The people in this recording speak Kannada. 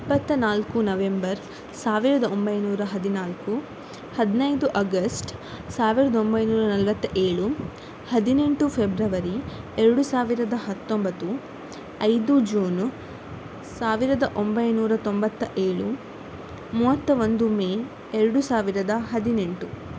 ಇಪ್ಪತ್ತ ನಾಲ್ಕು ನವೆಂಬರ್ ಸಾವಿರದ ಒಂಬೈನೂರ ಹದಿನಾಲ್ಕು ಹದಿನೈದು ಅಗಸ್ಟ್ ಸಾವಿರದೊಂಬೈನೂರ ನಲ್ವತ್ತ ಏಳು ಹದಿನೆಂಟು ಫ್ರೆಬ್ರವರಿ ಎರಡು ಸಾವಿರದ ಹತ್ತೊಂಬತ್ತು ಐದು ಜೂನು ಸಾವಿರದ ಒಂಬೈನೂರ ತೊಂಬತ್ತ ಏಳು ಮೂವತ್ತ ಒಂದು ಮೇ ಎರಡು ಸಾವಿರದ ಹದಿನೆಂಟು